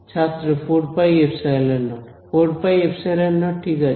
ছাত্র 4πε0 4πε0 ঠিক আছে